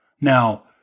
Now